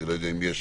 אני לא יודע אם יש